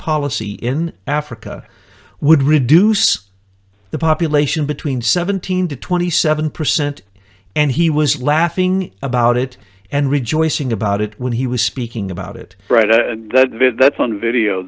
policy in africa would reduce the population between seventeen to twenty seven percent and he was laughing about it and rejoicing about it when he was speaking about it right now that's on video